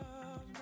love